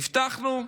הבטחנו,